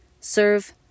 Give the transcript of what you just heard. Serve